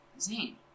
Zane